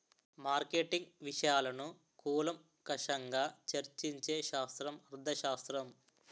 marketing విషయాలను కూలంకషంగా చర్చించే శాస్త్రం అర్థశాస్త్రం